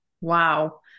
Wow